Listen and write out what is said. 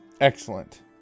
Excellent